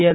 L